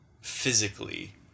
physically